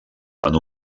van